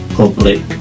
public